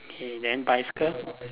K then bicycle